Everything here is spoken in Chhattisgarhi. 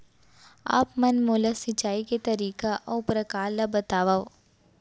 आप मन मोला सिंचाई के तरीका अऊ प्रकार ल बतावव?